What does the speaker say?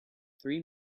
three